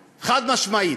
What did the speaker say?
חד-משמעית.